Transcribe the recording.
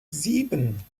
sieben